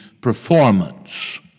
performance